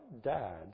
dad